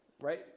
Right